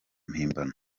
mpimbano